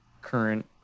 current